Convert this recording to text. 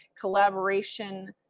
collaboration